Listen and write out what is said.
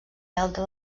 delta